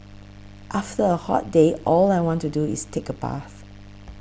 after a hot day all I want to do is take a bath